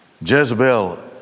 Jezebel